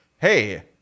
hey